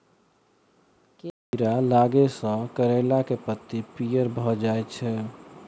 केँ कीड़ा लागै सऽ करैला केँ लत्ती पीयर भऽ जाय छै?